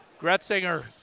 Gretzinger